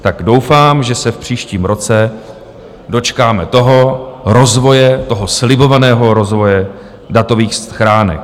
Tak doufám, že se v příštím roce dočkáme toho rozvoje, slibovaného rozvoje datových schránek.